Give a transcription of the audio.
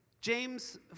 James